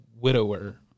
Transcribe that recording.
widower